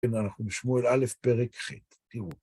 כן, אנחנו בשמואל א׳, פרק ח׳, תראו.